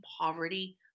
poverty